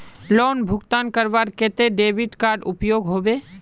Loan भुगतान करवार केते डेबिट कार्ड उपयोग होबे?